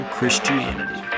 Christianity